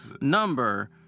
number